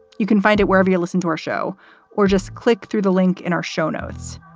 you can find it wherever you listen to our show or just click through the link in our show notes.